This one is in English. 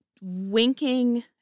winking